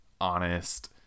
honest